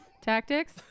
tactics